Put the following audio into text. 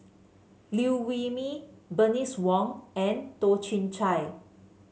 Liew Wee Mee Bernice Wong and Toh Chin Chye